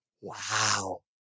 Wow